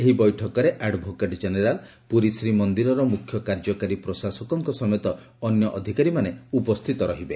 ଏହି ବୈଠକରେ advocate general ପୁରୀଶ୍ରୀମନ୍ଦିରର ମୁଖ୍ୟ କାର୍ଯ୍ୟକାରୀ ପ୍ରଶାସକଙ୍ଙ ସହ ଅନ୍ୟ ଅଧିକାରୀମାନେ ଉପସ୍ଥିତ ରହିବେ